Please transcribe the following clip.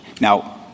Now